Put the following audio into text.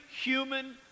human